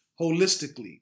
holistically